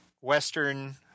Western